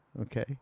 okay